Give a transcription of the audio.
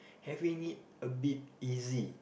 having it a but easy